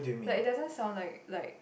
like it doesn't sound like like